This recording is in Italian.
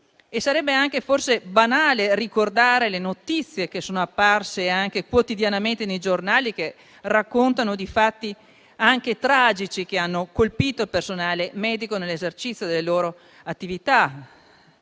Sarebbe forse banale ricordare le notizie apparse quotidianamente sui giornali che raccontano di fatti, anche tragici, che hanno colpito il personale medico nell'esercizio della loro attività.